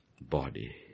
body